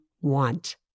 want